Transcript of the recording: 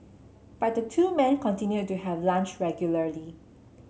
but the two men continued to have lunch regularly